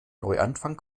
neuanfang